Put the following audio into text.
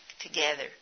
together